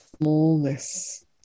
smallness